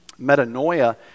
Metanoia